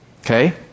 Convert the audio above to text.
Okay